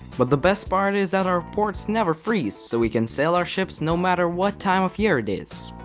but the best part is that our ports never freeze so we can sail our ships no matter what time of year it is.